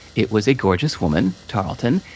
it was a gorgeous woman, carlton,